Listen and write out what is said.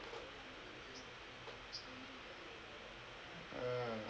mm